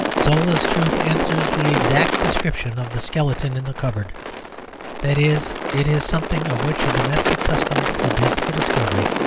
zola's truth answers the exact description of the skeleton in the cupboard that is, it is something of which a domestic custom forbids the discovery,